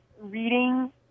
reading